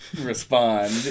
respond